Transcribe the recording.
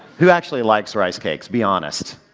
who actually likes rice cakes? be honest.